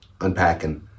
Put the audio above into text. unpacking